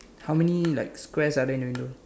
how many like squares are there in your window